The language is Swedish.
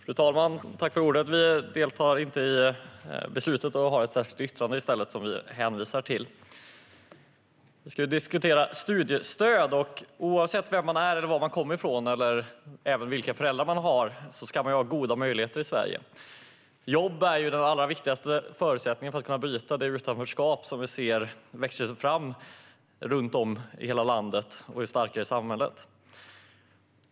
Fru talman! Vi i Centerpartiet deltar inte i beslutet utan har i stället ett särskilt yttrande som vi hänvisar till. Vi ska diskutera studiestöd. Oavsett vem man är, var man kommer ifrån eller vilka föräldrar man har ska man ha goda möjligheter i Sverige. Jobb är den allra viktigaste förutsättningen för att man ska kunna bryta det utanförskap som vi ser växa fram runt om i hela landet och i stället göra människor starkare i samhället.